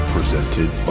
Presented